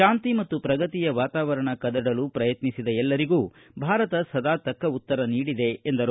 ಶಾಂತಿ ಮತ್ತು ಪ್ರಗತಿಯ ವಾತಾವರಣ ಕದಡಲು ಪ್ರಯತ್ನಿಸಿದ ಎಲ್ಲರಿಗೂ ಭಾರತ ಸದಾ ತಕ್ಕ ಉತ್ತರ ನೀಡಿದೆ ಎಂದರು